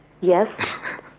Yes